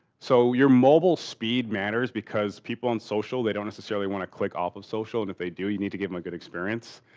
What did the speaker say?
so your mobile speed matters because people in social they don't necessarily want to click off of social. and if they do you need to give them a good experience.